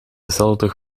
dezelfde